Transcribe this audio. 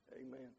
Amen